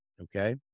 Okay